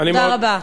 תודה רבה.